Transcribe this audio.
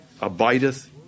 abideth